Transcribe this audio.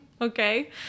Okay